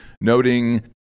noting